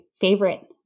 favorite